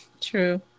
True